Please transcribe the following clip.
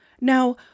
Now